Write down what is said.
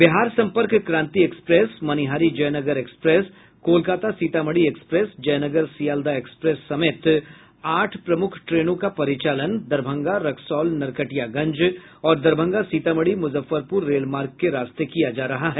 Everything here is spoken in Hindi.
Bihar Sampark Kranti express Manihari Jaynagar express Kolkata Sitamarhi express Jaynagar Sealdah express समेत आठ प्रमुख ट्रेनों का परिचालन दरभंगा रक्सौल नरकटियागंज और दरभंगा सीतामढ़ी मुजफ्फरपूर रेलमार्ग के रास्ते किया जा रहा है